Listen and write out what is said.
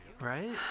right